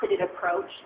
approach